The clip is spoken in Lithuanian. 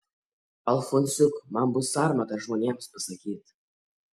alfonsiuk man bus sarmata žmonėms pasakyt